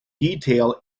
detail